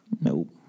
Nope